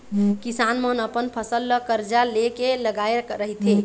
किसान मन अपन फसल ल करजा ले के लगाए रहिथे